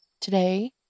today